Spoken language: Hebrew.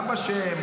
גם בשם,